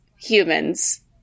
humans